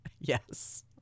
Yes